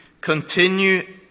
continue